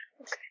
Okay